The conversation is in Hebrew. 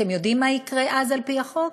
אתם יודעים מה יקרה אז, על-פי החוק?